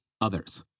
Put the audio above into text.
others